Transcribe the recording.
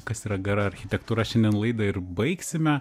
kas yra gera architektūra šiandien laidą ir baigsime